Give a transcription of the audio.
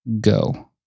go